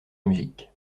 music